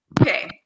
Okay